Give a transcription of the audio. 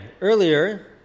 earlier